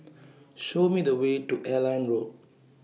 Show Me The Way to Airline Road